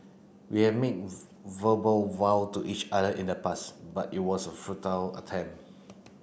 we have made verbal vow to each other in the past but it was a futile attempt